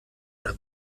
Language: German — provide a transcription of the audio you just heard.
oder